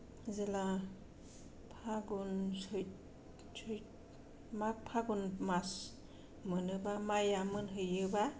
जेला फागुन सैथ्र' सैथ्र' माग फागुन मास मोनोबा माइया मोनहैयोबा